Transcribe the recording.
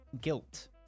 guilt